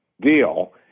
deal